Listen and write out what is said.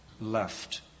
left